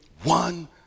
one